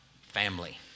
family